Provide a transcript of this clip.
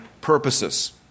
purposes